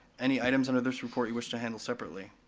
any items under this report you wish to handle separately?